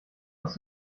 aus